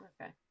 okay